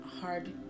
hard